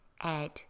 Add